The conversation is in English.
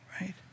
right